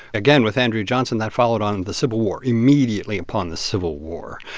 again with andrew johnson, that followed on the civil war, immediately upon the civil war.